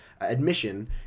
admission